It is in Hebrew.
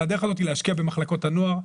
והדרך הזאת היא להשקיע במחלקות הנוער,